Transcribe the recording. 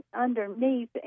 underneath